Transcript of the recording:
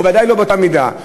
ובוודאי לא באותה מידה.